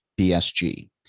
BSG